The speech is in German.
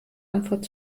antwort